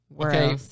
okay